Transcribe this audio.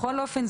בכל אופן,